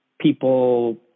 people